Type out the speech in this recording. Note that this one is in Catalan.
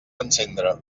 encendre